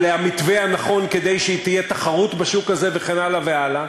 על המתווה הנכון כדי שתהיה תחרות בשוק הזה וכן הלאה וכן הלאה.